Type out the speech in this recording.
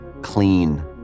clean